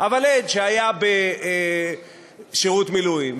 אבל עד שהיה בשירות מילואים,